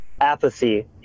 apathy